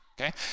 Okay